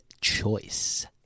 Choice